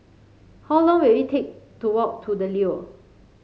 how long will it take to walk to The Leo